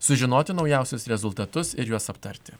sužinoti naujausius rezultatus ir juos aptarti